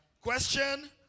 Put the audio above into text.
Question